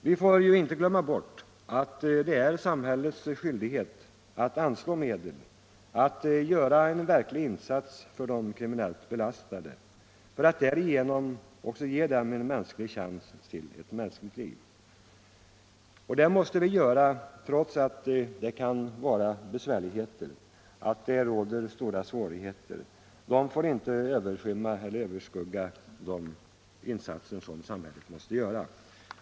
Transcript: Vi får inte glömma bort att det är samhällets skyldighet att anslå medel, att göra en verklig insats för de kriminellt belastade för att därigenom ge även dem en rimlig chans till ett mänskligt liv. Det måste vi göra trots att det kan förekomma besvärligheter. Att det råder stora svårigheter får inte överskugga de insatser som samhället måste göra.